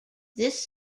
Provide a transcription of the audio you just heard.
this